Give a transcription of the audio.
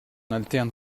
alterne